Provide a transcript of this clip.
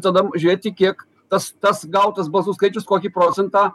tada žiūrėti kiek tas tas gautas balsų skaičius kokį procentą